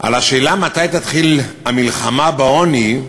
על השאלה "מתי תתחיל המלחמה בעוני?"